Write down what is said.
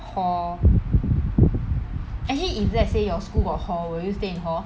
for actually if let's say your school got hall will you stay in hall